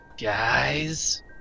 Guys